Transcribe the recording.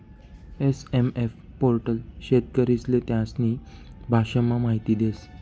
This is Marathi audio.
एस.एम.एफ पोर्टल शेतकरीस्ले त्यास्नी भाषामा माहिती देस